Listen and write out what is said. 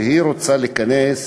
שהיא רוצה להיכנס